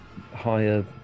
higher